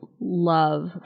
love